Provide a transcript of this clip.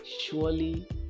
surely